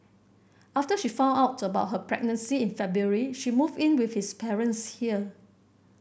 after she found out about her pregnancy in February she moved in with his parents here